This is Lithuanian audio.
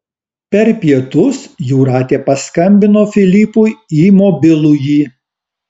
per pietus jūratė paskambino filipui į mobilųjį